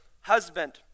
husband